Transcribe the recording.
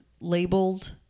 labeled